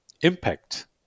impact